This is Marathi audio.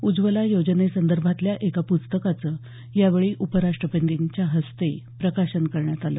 उज्ज्वला योजनेसंदर्भातल्या एका पुस्तकाचं यावेळी उपराष्ट्रपतींच्या हस्ते प्रकाशन करण्यात आलं